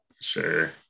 Sure